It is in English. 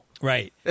Right